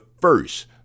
first